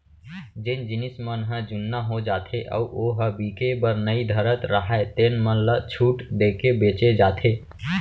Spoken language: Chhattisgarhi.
जेन जिनस मन ह जुन्ना हो जाथे अउ ओ ह बिके बर नइ धरत राहय तेन मन ल छूट देके बेचे जाथे